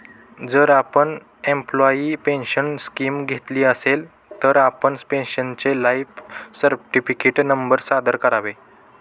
जर आपण employee pension scheme घेतली असेल, तर आपण पेन्शनरचे लाइफ सर्टिफिकेट नंतर सादर करावे